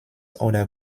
oder